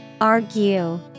Argue